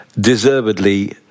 deservedly